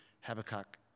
Habakkuk